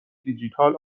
دیجیتال